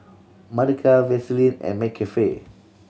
Mothercare Vaseline and McCafe